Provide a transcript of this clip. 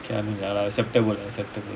K I mean ya lah accepted accepted